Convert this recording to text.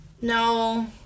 No